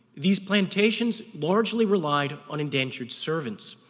these plantations largely relied on indentured servants,